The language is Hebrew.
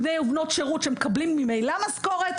בני ובנות שרות שמקבלים ממילא משכורת,